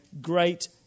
great